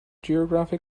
geography